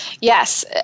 Yes